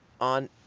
on